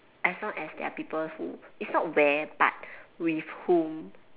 as long as there are people who it's not where but with whom